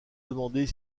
demander